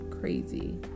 crazy